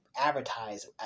advertise